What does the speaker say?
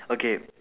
okay